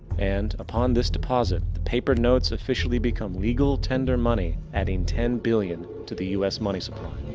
and, upon this deposit the paper notes officially become legal tender money. adding ten billion to the us money supply.